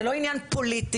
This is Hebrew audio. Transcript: זה לא עניין פוליטי.